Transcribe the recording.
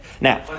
Now